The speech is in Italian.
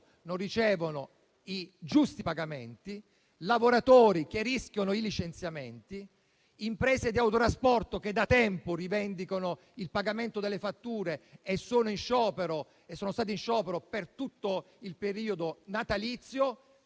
non ricevono i giusti pagamenti, lavoratori che rischiano i licenziamenti, imprese di autotrasporto che da tempo rivendicano il pagamento delle fatture e sono state in sciopero per tutto il periodo natalizio.